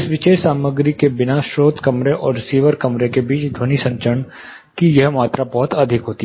इस विशेष सामग्री के बिना स्रोत कमरे और रिसीवर कमरे के बीच ध्वनि संचरण की यह बहुत अधिक मात्रा होती है